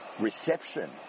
reception